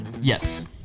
Yes